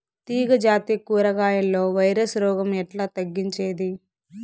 తీగ జాతి కూరగాయల్లో వైరస్ రోగం ఎట్లా తగ్గించేది?